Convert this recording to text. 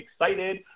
excited